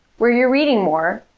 where you're reading more,